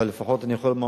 אבל לפחות אני יכול לומר,